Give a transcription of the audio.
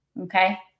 Okay